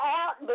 out